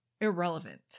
irrelevant